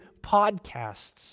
podcasts